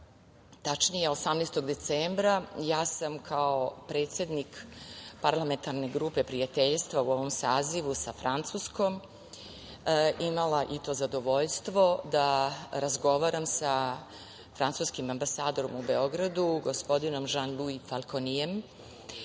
tačnije 18. decembra, ja sam kao predsednik Parlamentarne grupe prijateljstva, u ovom sazivu, sa Francuskom, imala i to zadovoljstvo da razgovaram sa francuskim ambasadorom u Beogradu, gospodinom Žan Luji Falkonijem,